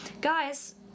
Guys